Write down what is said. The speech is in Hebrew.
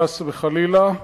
חס וחלילה,